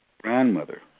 grandmother